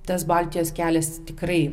tas baltijos kelias tikrai